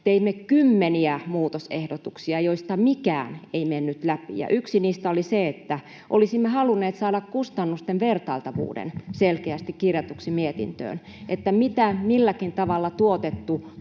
Teimme kymmeniä muutosehdotuksia, joista mikään ei mennyt läpi. Yksi niistä oli se, että olisimme halunneet saada kustannusten vertailtavuuden selkeästi kirjatuksi mietintöön, eli mitä milläkin tavalla tuotettu